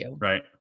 Right